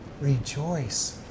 Rejoice